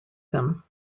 them